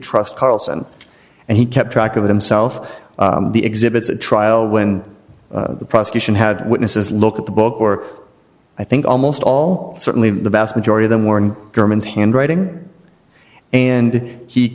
trust carlson and he kept track of themself the exhibits a trial when the prosecution had witnesses look at the book or i think almost all certainly the vast majority of them were in germans handwriting and he